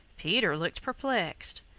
peter looked perplexed.